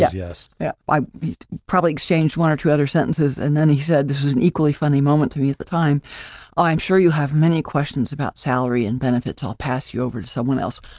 yeah yeah, i probably exchange one or two other sentences. and then he said this was an equally funny moment to me at the time i'm sure you have many questions about salary and benefits, i'll pass you over to someone else.